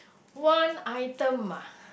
one item ah